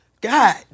God